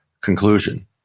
conclusion